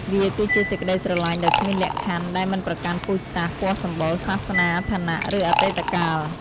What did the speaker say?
វាគឺជាសេចក្ដីស្រឡាញ់ដោយគ្មានលក្ខខណ្ឌ ដែលមិនប្រកាន់ពូជសាសន៍ ពណ៌សម្បុរ សាសនា ឋានៈ ឬអតីតកាល។